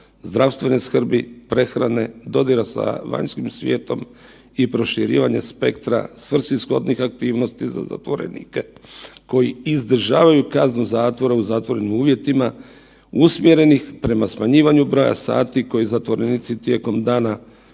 zdravstvene skrbi, prehrane, dodira sa vanjskim svijetom i proširivanje spektra svrsishodnih aktivnosti za zatvorenike koji izdržavaju kaznu zatvora u zatvorenim uvjetima usmjerenih prema smanjivanju broja sati koji zatvorenici tijekom dana